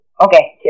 Okay